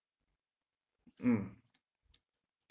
mm